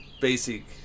basic